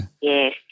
Yes